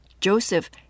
Joseph